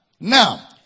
Now